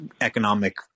economic